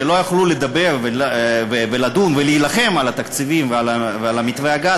שלא יכלו לדבר ולדון ולהילחם על התקציבים ועל מתווה הגז,